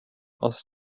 aus